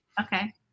okay